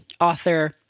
author